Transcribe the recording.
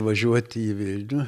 važiuot į vilnių